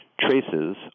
traces